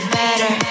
better